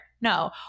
No